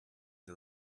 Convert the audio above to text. the